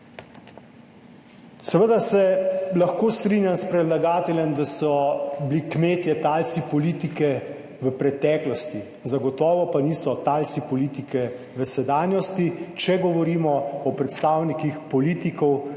Seveda se lahko strinjam s predlagateljem, da so bili kmetje talci politike v preteklosti, zagotovo pa niso talci politike v sedanjosti, če govorimo o predstavnikih politikov,